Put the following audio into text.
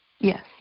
Yes